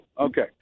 Okay